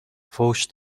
فحش